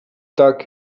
tak